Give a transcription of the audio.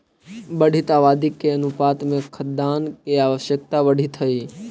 बढ़ीत आबादी के अनुपात में खाद्यान्न के आवश्यकता बढ़ीत हई